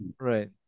right